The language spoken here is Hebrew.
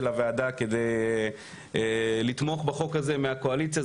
הוועדה כדי לתמוך בחוק הזה מהקואליציה,